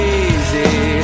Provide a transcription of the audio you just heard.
easy